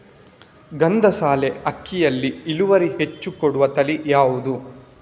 ಗಂಧಸಾಲೆ ಅಕ್ಕಿಯಲ್ಲಿ ಇಳುವರಿ ಹೆಚ್ಚು ಕೊಡುವ ತಳಿ ಯಾವುದು?